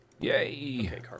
Yay